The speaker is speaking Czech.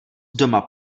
doma